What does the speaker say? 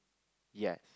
ya